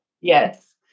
Yes